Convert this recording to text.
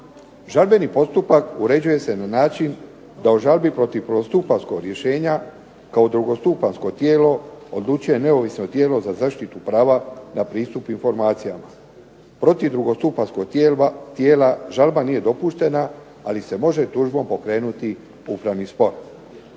Žalbeni postupak uređuje se na način da u žalbi protiv prvostupanjskog rješenja kao drugostupanjsko tijelo odlučuje neovisno tijelo za zaštitu prava na pristup informacijama. Protiv drugostupanjskog tijela žalba nije dopuštena ali se može tužbom pokrenuti upravni spor.